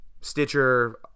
stitcher